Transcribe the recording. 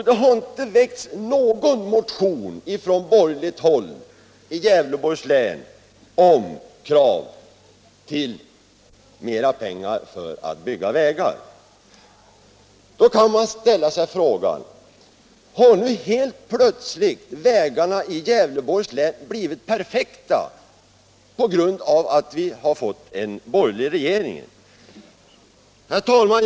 Det har inte väckts någon motion från borgerligt håll i Gävleborgs län med krav på mer pengar för att bygga vägar. Då kan man ställa frågan: Har nu helt plötsligt vägarna i Gävleborgs län blivit perfekta på grund av att vi har fått en borgerlig regering? Herr talman!